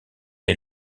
est